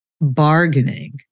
bargaining